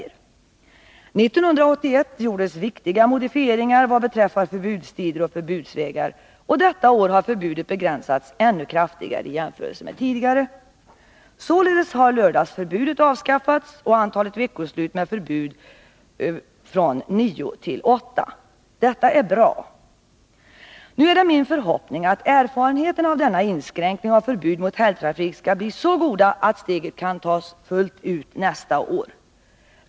1981 gjordes viktiga modifieringar vad beträffar förbudstider och förbudsvägar, och detta år har förbudet begränsats ännu kraftigare i jämförelse med tidigare. Således har lördagsförbudet avskaffats och antalet veckoslut med förbud har minskat från nio till åtta. Detta är bra. Nu är det min förhoppning att erfarenheterna av denna inskränkning av förbud mot helgtrafik skall bli så goda, att steget kan tas fullt ut nästa år.